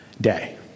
day